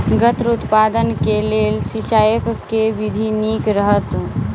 गन्ना उत्पादन केँ लेल सिंचाईक केँ विधि नीक रहत?